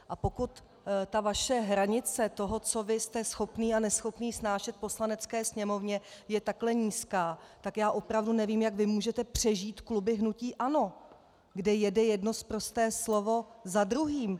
A pokud vaše hranice toho, co vy jste schopen a neschopen snášet v Poslanecké sněmovně, je takhle nízká, tak opravdu nevím, jak vy můžete přežít kluby hnutí ANO, kde jede jedno sprosté slovo za druhým.